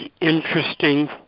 interesting